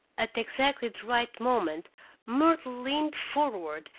at exactly the right moment myrtle leaned forward,